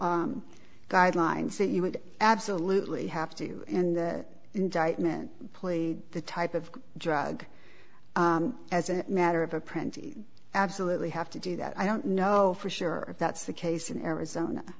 guidelines that you would absolutely have to in that indictment plea the type of drug as a matter of a print absolutely have to do that i don't know for sure if that's the case in arizona